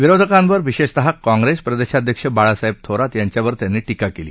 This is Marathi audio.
विरोधकांवर विशेषतः काँग्रेस प्रदेशाध्यक्ष बाळासाहेब थोरात यांच्यावर त्यांनी शिका केली